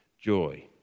joy